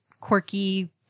quirky